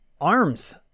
arms